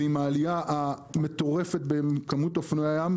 ועם העלייה המטורפת בכמות אופנועי הים,